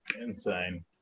insane